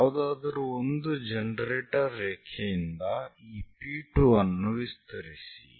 ಯಾವುದಾದರೂ ಒಂದು ಜನರೇಟರ್ ರೇಖೆಯಿಂದ ಈ P2 ಅನ್ನು ವಿಸ್ತರಿಸಿ